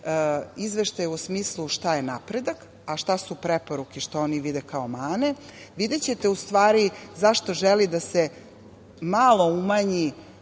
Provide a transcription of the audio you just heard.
izveštaje u smislu šta je napredak, a šta su preporuke što oni vide kao mane, videćete u stvari zašto želi da se malo umanji,